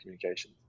communication